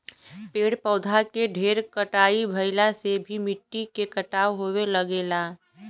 पेड़ पौधा के ढेर कटाई भइला से भी मिट्टी के कटाव होये लगेला